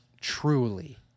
truly